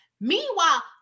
Meanwhile